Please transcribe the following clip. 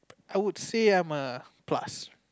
I would say I'm a plus